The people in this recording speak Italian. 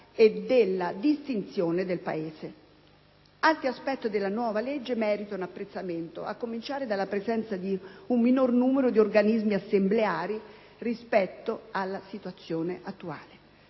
e della distinzione del Paese. Altri aspetti della riforma meritano apprezzamento, a cominciare dalla presenza di un minor numero di organismi assembleari rispetto alla situazione attuale.